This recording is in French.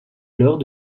alors